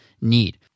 need